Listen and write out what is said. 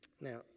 Now